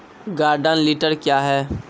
Garden tiller क्या हैं?